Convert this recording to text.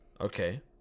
Okay